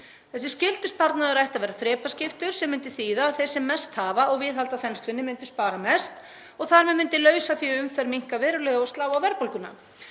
Þessi skyldusparnaður ætti að vera þrepaskiptur sem myndi þýða að þeir sem mest hafa og viðhalda þenslunni myndu spara mest og þar með myndi lausafé í umferð minnka verulega og slá á verðbólguna.